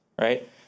right